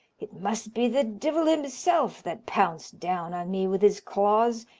it must be the divil himself that pounced down on me with his claws,